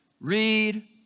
Read